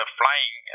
flying